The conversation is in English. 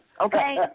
Okay